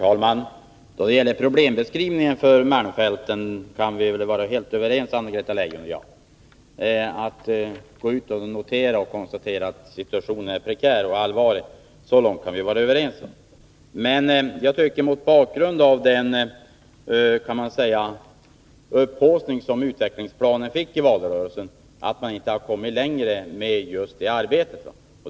Herr talman! Anna-Greta Leijon och jag är helt överens då det gäller beskrivningen av problemen i malmfälten, och vi är likaså överens om att situationen är prekär och allvarlig. Men mot bakgrund av den upphaussning av uppmärksamheten kring utvecklingsplanen som gjordes i valrörelsen tycker jag det är beklagligt att man inte har kommit längre med just det arbetet.